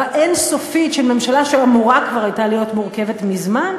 אין-סופית של ממשלה שאמורה כבר הייתה להיות מורכבת מזמן,